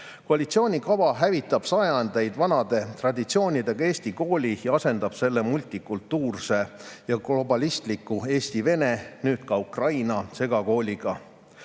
Koalitsiooni kava hävitab sajandeid püsinud traditsioonidega eesti kooli ja asendab selle multikultuurse ja globalistliku eesti-vene, nüüd ka ukraina segakooliga.